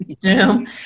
zoom